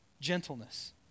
gentleness